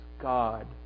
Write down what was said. God